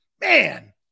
Man